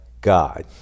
God